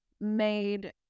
made